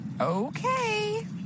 Okay